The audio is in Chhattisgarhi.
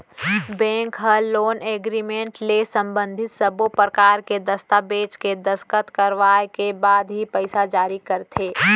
बेंक ह लोन एगरिमेंट ले संबंधित सब्बो परकार के दस्ताबेज के दस्कत करवाए के बाद ही पइसा जारी करथे